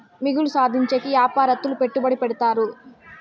మిగులు సాధించేకి యాపారత్తులు పెట్టుబడి పెడతారు